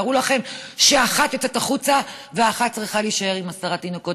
תארו לכם שאחת יוצאת החוצה ואחת צריכה להישאר עם עשרה תינוקות,